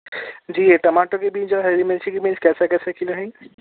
جی یہ ٹماٹر کے بینس جو ہے ہری مرچ کے بینس کیسے کیسے کلو ہیں